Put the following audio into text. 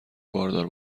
باردار